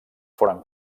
foren